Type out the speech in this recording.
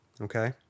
Okay